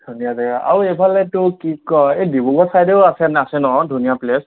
ধুনীয়া জেগা আৰু এইফালেতো কি কয় এই ডিব্ৰুগড় ছাইডেও আছে না আছে ন ধুনীয়া প্লেছ